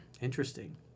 interesting